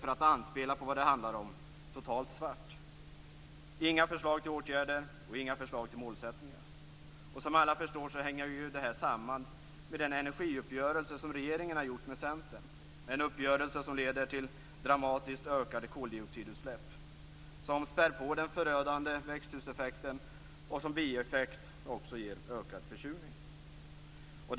För att anspela på vad det handlar om kan man säga att det är totalt svart. Det finns inga förslag till åtgärder och inga förslag till målsättningar. Som alla förstår hänger detta samman med den energiuppgörelse som regeringen har gjort med Centern, en uppgörelse som leder till dramatiskt ökade koldioxidutsläpp, som spär på den förödande växthuseffekten och som bieffekt också ger ökad försurning.